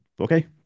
Okay